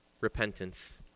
repentance